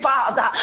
Father